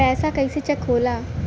पैसा कइसे चेक होला?